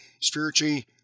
spiritually